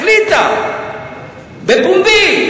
החליטה בפומבי,